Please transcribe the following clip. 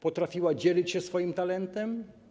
Potrafiła dzielić się swoim talentem.